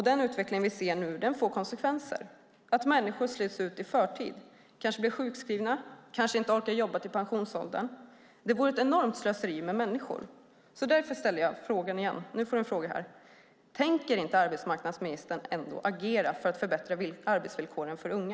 Den utveckling som vi ser nu får konsekvenser, att människor slits ut i förtid, kanske blir sjukskrivna, kanske inte orkar jobba till pensionsåldern. Det är ett enormt slöseri med människor. Därför ställer jag frågan igen: Tänker arbetsmarknadsministern ändå inte agera för att förbättra arbetsvillkoren för unga?